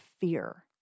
fear